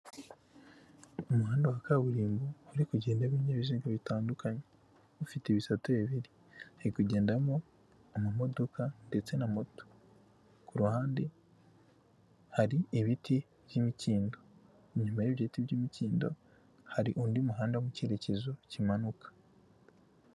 Umuhanda wa kaburimbo uri kugendamo ibinyabiziga bitandukanye ufite ibisate bibiri uri kugendamo amamodoka ndetse na moto kurunfi ruhande hari ibiti by'imikindo inyuma y'ibiti by'imikindo hari undi muhanda mu cyerekezo kimanuka.